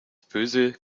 böse